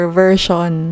version